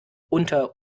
unter